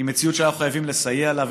היא מציאות שאנחנו חייבים לסייע בה.